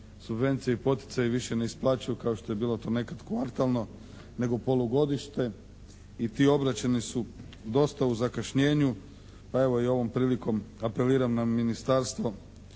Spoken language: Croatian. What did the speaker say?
subvencije i poticaji više ne isplaćuju kao što je bilo to nekad kvartalno nego polugodište i ti obračuni su dosta u zakašnjenju pa evo i ovom prilikom apeliram na ministarstvo